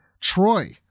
Troy